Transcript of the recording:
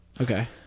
Okay